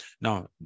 Now